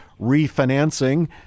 refinancing